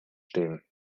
stehen